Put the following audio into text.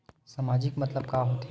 सामाजिक मतलब का होथे?